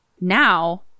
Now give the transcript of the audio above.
now